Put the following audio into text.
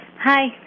Hi